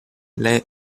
led